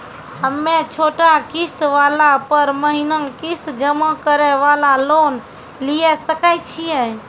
हम्मय छोटा किस्त वाला पर महीना किस्त जमा करे वाला लोन लिये सकय छियै?